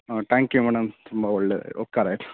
ಹಾಂ thank you madam ತುಂಬ ಒಳ್ಳೆಯ ಉಪಕಾರ ಆಯಿತು